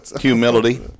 Humility